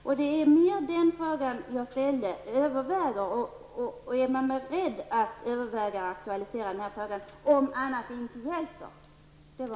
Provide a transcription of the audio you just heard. Jag undrade om man är beredd att överväga att aktualisera denna fråga, om inte annat hjälper.